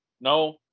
no